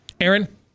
Aaron